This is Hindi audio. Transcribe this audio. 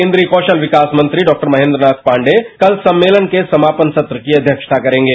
केंद्रीय कौशल विकास मंत्री डाक्टर महेंद्रनाथ पांडे कल सम्मेलन के समापन सत्र की अध्यक्षता करेंगे